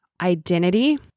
identity